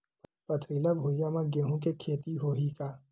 पथरिला भुइयां म गेहूं के खेती होही का?